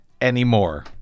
anymore